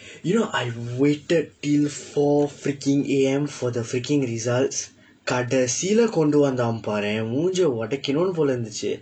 you know I waited till four freaking A_M for the freaking results கடைசில கொண்டுவந்தான் பார்தேன் முகத்தை உடைக்கனும் போல இருந்திச்சு:kadaisila konduvandthaan partheen mukaththai udaikkannum poola irundthichsu